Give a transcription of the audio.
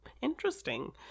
interesting